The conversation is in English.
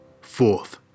Fourth